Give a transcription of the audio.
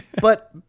But-